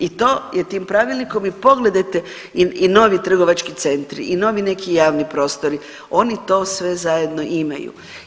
I to je tim pravilnikom i pogledajte i novi trgovački centri i novi neki javni prostori, oni to sve zajedno imaju.